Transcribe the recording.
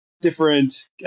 different